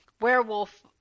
werewolf